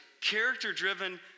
character-driven